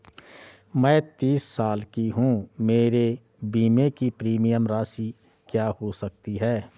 मैं तीस साल की हूँ मेरे बीमे की प्रीमियम राशि क्या हो सकती है?